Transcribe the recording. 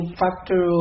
factor